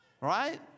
Right